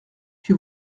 que